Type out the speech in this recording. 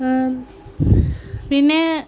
പിന്നെ